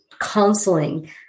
counseling